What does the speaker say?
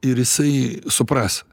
ir jisai supras